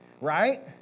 right